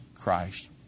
Christ